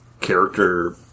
character